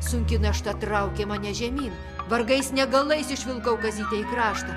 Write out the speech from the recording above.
sunki našta traukė mane žemyn vargais negalais išvilkau kazytę į kraštą